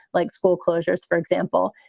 like school closures, for example.